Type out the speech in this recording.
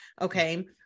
okay